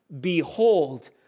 behold